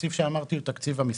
התקציב שאמרתי הוא תקציב המשרד.